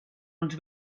uns